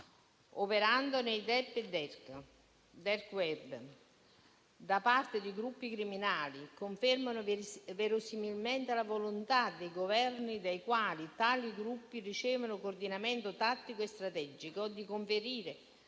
operando nel *dark web* da parte di gruppi criminali conferma verosimilmente la volontà dei Governi dai quali tali gruppi ricevono coordinamento tattico e strategico di conferire